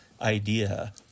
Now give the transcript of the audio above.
idea